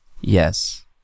Yes